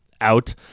out